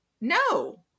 no